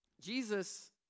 Jesus